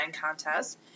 contest